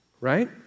right